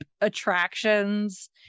attractions